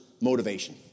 motivation